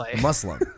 Muslim